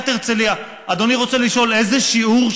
היא הייתה ראש עיריית הרצליה,